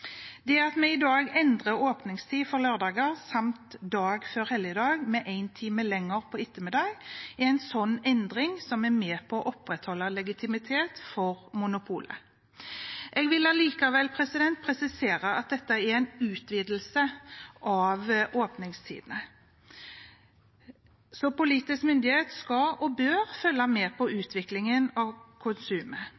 Det at vi i dag endrer åpningstid for lørdager samt dag før helligdag med en time lenger på ettermiddagen, er en slik endring som er med på å opprettholde legitimitet for monopolet. Jeg vil likevel presisere at dette er en utvidelse av åpningstidene, så politisk myndighet skal og bør følge med på